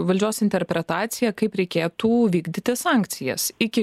valdžios interpretacija kaip reikėtų vykdyti sankcijas iki